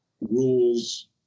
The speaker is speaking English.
rules